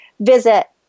visit